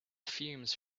fumes